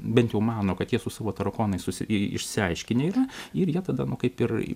bent jau mano kad tie su savo tarakonais susi išsiaiškinę yra ir jie tadanu kaip ir